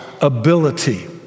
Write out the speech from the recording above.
ability